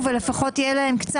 שנים לפנות ולעשות.